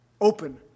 open